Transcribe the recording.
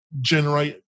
generate